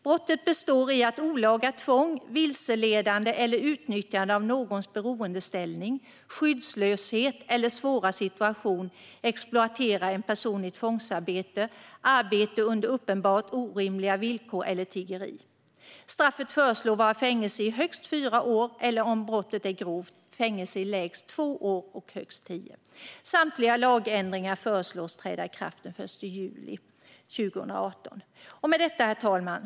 Brottet består i olaga tvång, vilseledande eller utnyttjande av någons beroendeställning, skyddslöshet eller svåra situation, exploatering av en person i tvångsarbete, arbete under uppenbart orimliga villkor eller tiggeri. Straffet föreslås vara fängelse i högst fyra år eller om brottet är grovt fängelse i lägst två och högst tio år. Samtliga lagändringar föreslås träda i kraft den 1 juli 2018. Herr talman!